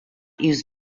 use